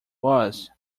was